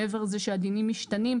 מעבר לזה שהדינים משתנים.